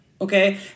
okay